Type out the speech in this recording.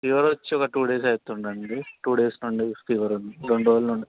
fever వచ్చి ఒక two days అవుతుంది అండి టూ డేస్ కంటిన్యూస్ ఫీవర్ ఉంది రెండు రోజుల నుండి